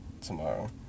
tomorrow